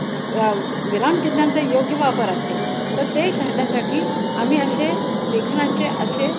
विरामचिन्हांचा योग्य वापर असेल तर ते करण्यासाठी आम्ही अशे लेखनाचे असे